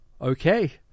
okay